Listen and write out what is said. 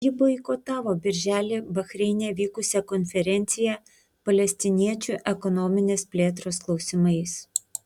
ji boikotavo birželį bahreine vykusią konferenciją palestiniečių ekonominės plėtros klausimais